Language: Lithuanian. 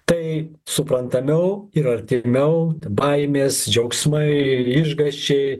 tai suprantamiau ir artimiau baimės džiaugsmai ir išgąsčiai